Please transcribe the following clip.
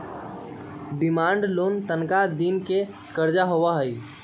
demand loan तनका दिन के करजा होइ छइ